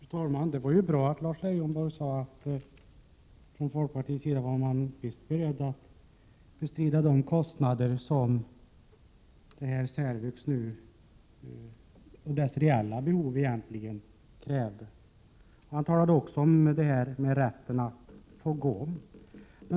Fru talman! Det var bra att Lars Leijonborg sade att man från folkpartiets sida visst är beredd att bestrida de kostnader som krävs för särvux reella behov. Han talade också om rätten att gå om.